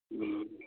ꯎꯝ